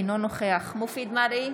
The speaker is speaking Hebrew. אינו נוכח מופיד מרעי,